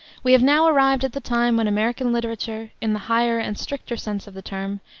we have now arrived at the time when american literature, in the higher and stricter sense of the term,